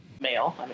male